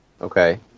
Okay